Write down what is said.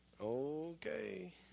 Okay